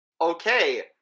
Okay